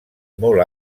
molt